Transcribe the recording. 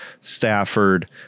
Stafford